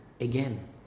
again